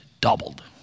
doubled